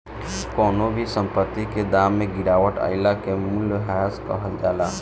कवनो भी संपत्ति के दाम में गिरावट आइला के मूल्यह्रास कहल जाला